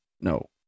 No